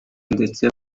ndetse